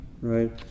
right